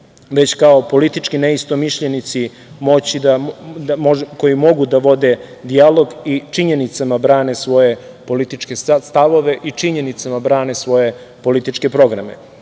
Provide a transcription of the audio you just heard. već kao politički neistomišljenici koji mogu da vode dijalog i činjenicama brane svoje političke stavove i činjenicama brane svoje političke programe. Ne